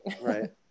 right